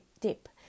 dip